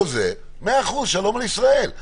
מאה אחוז, שלום על ישראל.